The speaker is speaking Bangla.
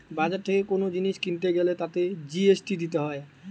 বাজার থেকে কোন জিনিস কিনতে গ্যালে তাতে জি.এস.টি দিতে হয়